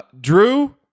Drew